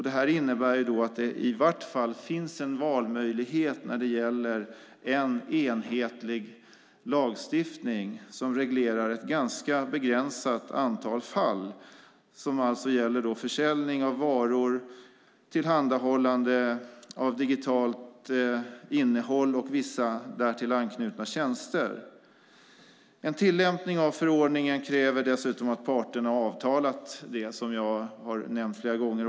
Det innebär att det i vart fall finns en valmöjlighet när det gäller en enhetlig lagstiftning som reglerar ett ganska begränsat antal fall som alltså gäller försäljning av varor, tillhandahållande av digitalt innehåll och vissa därtill anknutna tjänster. En tillämpning av förordningen kräver dessutom att parterna avtalat det, som jag har nämnt flera gånger.